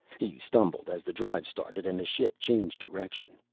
he stumbled as the drive started and the ship changed direction.